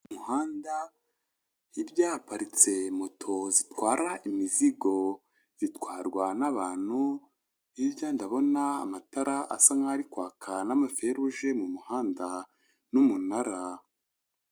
Umuhanda hirya haparitse moto zitwara imizigo zitwarwa n'abantu, hirya ndabona amatara asa nkaho ari kwaka n'amaferuje mu muhanda n'umunara.